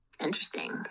interesting